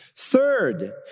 Third